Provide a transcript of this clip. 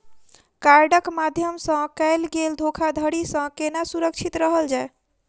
कार्डक माध्यम सँ कैल गेल धोखाधड़ी सँ केना सुरक्षित रहल जाए?